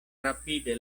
rapide